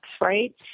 right